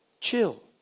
Chill